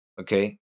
okay